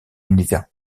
univers